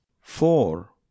four